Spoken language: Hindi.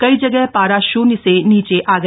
कई जगह पारा शून्य से नीचे आ गया